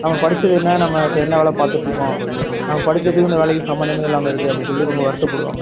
நம்ம படித்தது என்ன நம்ம இப்போ என்ன வேலை பார்த்துட்ருக்கோம் நம்ம படித்ததுக்கும் இந்த வேலைக்கும் சம்மந்தமே இல்லாமே இருக்கே அப்படின்னு சொல்லிட்டு ரொம்ப வருத்தப்படுவாங்க